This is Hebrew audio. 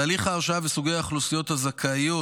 תהליך ההרשאה וסוגי האוכלוסיות הזכאיות